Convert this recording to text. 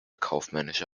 kaufmännische